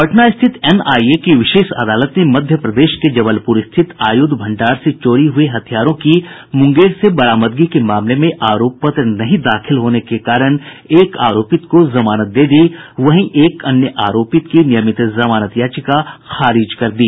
पटना स्थित एनआईए की विशेष अदालत ने मध्यप्रदेश के जबलपुर स्थित आयुध भंडार से चोरी हये हथियारों की मुंगेर से बरामदगी के मामले में आरोप पत्र नहीं दाखिल होने के कारण एक आरोपित को जमानत दे दी वहीं एक अन्य आरोपित की नियमित जमानत याचिका खारिज कर दी